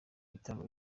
bitaramo